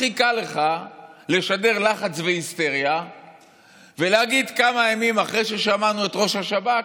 הכי קל לך לשדר לחץ והיסטריה ולהגיד כמה ימים אחרי ששמענו את ראש השב"כ: